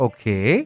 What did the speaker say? Okay